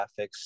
graphics